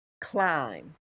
climb